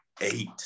eight